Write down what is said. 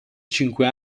cinque